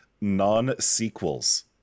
non-sequels